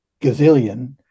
gazillion